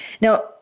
Now